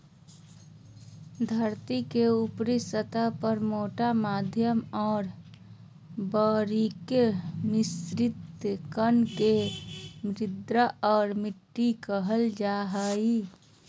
धरतीके ऊपरी सतह पर मोटा मध्यम और बारीक मिश्रित कण के मृदा और मिट्टी कहल जा हइ